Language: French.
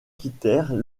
quittèrent